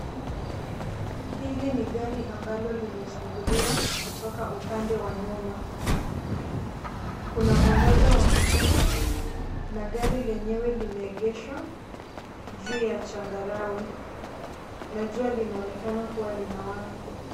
Hili ni gari ambalo limefunguliwa kutoka upande wa nyuma. Kuna mwangaza wa kutosha na gari lenyewe limeegeshwa juu ya changarawe na jua linaonekana kuwa linawaka.